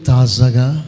Tazaga